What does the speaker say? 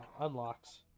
unlocks